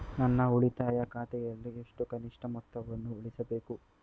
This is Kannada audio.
ನನ್ನ ಉಳಿತಾಯ ಖಾತೆಯಲ್ಲಿ ಎಷ್ಟು ಕನಿಷ್ಠ ಮೊತ್ತವನ್ನು ಉಳಿಸಬೇಕು?